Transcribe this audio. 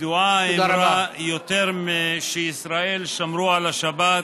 ידועה האמרה: יותר משישראל שמרו על השבת,